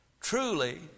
truly